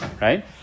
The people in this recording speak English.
right